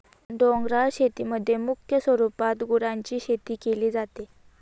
डोंगराळ शेतीमध्ये मुख्य स्वरूपात गुरांची शेती केली जाते